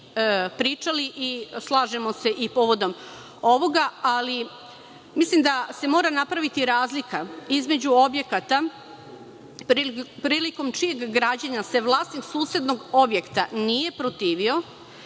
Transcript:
pričali i slažemo se i povodom ovoga. Mislim da se mora napraviti razlika između objekata prilikom čijeg građenja se vlasnik susednog objekta nije protivio